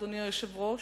אדוני היושב-ראש,